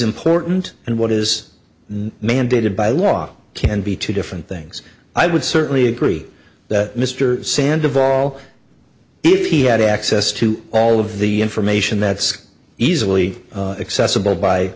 important and what is nan dated by law can be two different things i would certainly agree that mr sands of all if he had access to all of the information that's easily accessible by